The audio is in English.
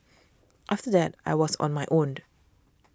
after that I was on my own